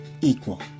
equal